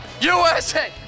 USA